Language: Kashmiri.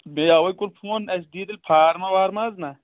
بیٚیہِ اَوے کوٚر فون اَسہِ دِیو تیلہِ حظ فارمہ وارمہ حظ نہ